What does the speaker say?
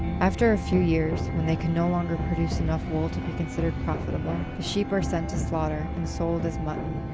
after a few years, when they can no longer produce enough wool to be considered profitable, the sheep are sent to slaughter and sold as mutton,